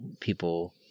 people